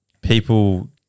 people